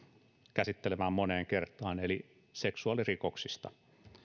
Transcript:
käsittelemään moneen kertaan eli seksuaalirikoksista